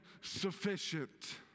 sufficient